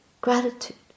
gratitude